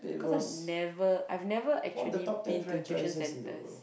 cause I never I've never actually been to tuition centers